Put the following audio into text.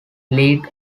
lead